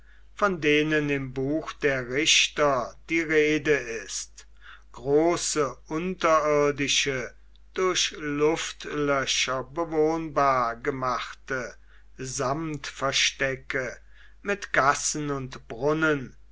von denen im buch der richter die rede ist große unterirdische durch luftlöcher bewohnbar gemachte samtverstecke mit gassen und brunnen